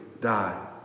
die